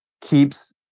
keeps